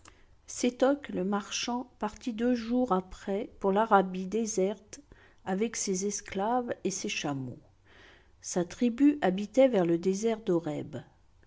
babylone sétoc le marchand partit deux jours après pour l'arabie déserte avec ses esclaves et ses chameaux sa tribu habitait vers le désert